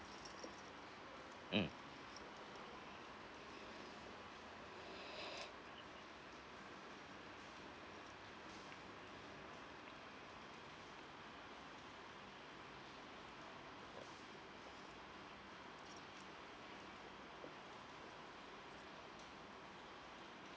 mm